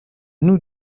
nous